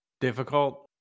Difficult